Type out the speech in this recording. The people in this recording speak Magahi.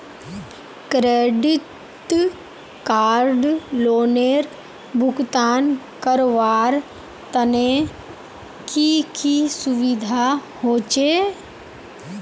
क्रेडिट कार्ड लोनेर भुगतान करवार तने की की सुविधा होचे??